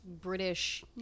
British